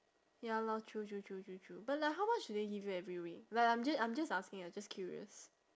ya lor true true true true true but like how much do they give you every week like I'm just I'm just asking ah just curious